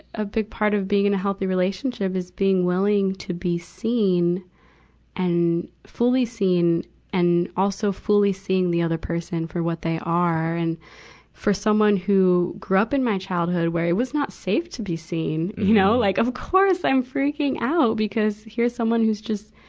a bit part of being in a healthy relationship is being willing to be seen and fully seen and also fully seeing the other person for what they are. and for someone who grew up in my childhood, where it was not safe to be seen, you know, like of course i'm freaking out because here's someone who's just,